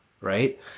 right